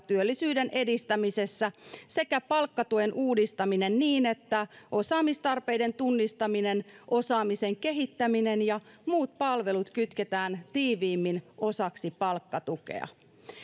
työllisyyden edistämisessä sekä palkkatuen uudistaminen niin että osaamistarpeiden tunnistaminen osaamisen kehittäminen ja muut palvelut kytketään tiiviimmin osaksi palkkatukea